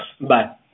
Bye